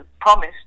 promised